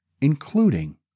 including